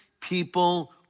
people